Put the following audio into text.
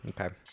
okay